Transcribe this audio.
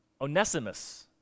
Onesimus